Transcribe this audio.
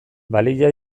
balia